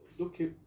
Okay